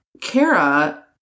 Kara